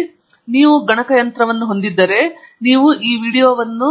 ಆದುದರಿಂದ ನೀವು ಗಣಕಯಂತ್ರವನ್ನು ಹೊಂದಿದ್ದರೆ ನೀವು ಈ ವೀಡಿಯೊವನ್ನು